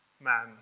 man